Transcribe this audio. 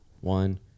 one